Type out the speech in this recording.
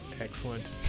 Excellent